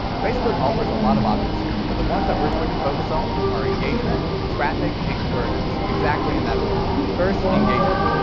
facebook offers a lot of options here, but the ones we're going to focus on are engagement, traffic and conversions exactly in that order. first, engagement.